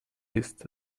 list